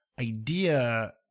idea